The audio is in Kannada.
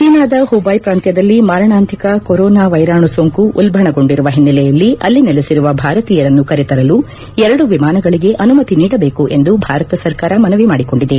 ಚೀನಾದ ಹೂಬಾಯ್ ಪ್ರಾಂತ್ಯದಲ್ಲಿ ಮಾರಣಾಂತಿಕ ಕೊರೋನಾ ವೈರಾಣು ಸೋಂಕು ಉಲ್ಬಣಗೊಂಡಿರುವ ಹಿನ್ನೆಲೆಯಲ್ಲಿ ಅಲ್ಲಿ ನೆಲೆಸಿರುವ ಭಾರತೀಯರನ್ನು ಕರೆತರಲು ಎರಡು ವಿಮಾನಗಳಿಗೆ ಅನುಮತಿ ನೀಡಬೇಕು ಎಂದು ಭಾರತ ಸರ್ಕಾರ ಮನವಿ ಮಾಡಿಕೊಂಡಿದೆ